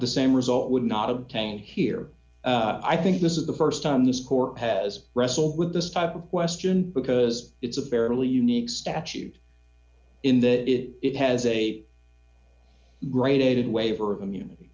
the same result would not obtain here i think this is the st time this court has wrestled with this type of question because it's a fairly unique statute in that it it has a gradated waiver of immunity